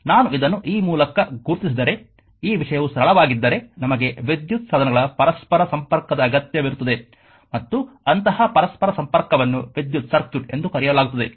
ನಾನು ಇದನ್ನು ಈ ಮೂಲಕ ಗುರುತಿಸಿದರೆ ಈ ವಿಷಯವು ಸರಳವಾಗಿದ್ದರೆ ನಮಗೆ ವಿದ್ಯುತ್ ಸಾಧನಗಳ ಪರಸ್ಪರ ಸಂಪರ್ಕದ ಅಗತ್ಯವಿರುತ್ತದೆ ಮತ್ತು ಅಂತಹ ಪರಸ್ಪರ ಸಂಪರ್ಕವನ್ನು ವಿದ್ಯುತ್ ಸರ್ಕ್ಯೂಟ್ ಎಂದು ಕರೆಯಲಾಗುತ್ತದೆ